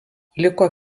liko